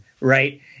right